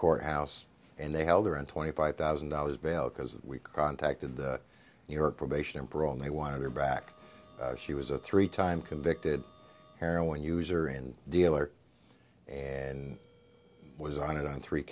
court house and they held her and twenty five thousand dollars bail because we contacted the new york probation and parole they wanted her back she was a three time convicted heroin user in dealer and was on it on three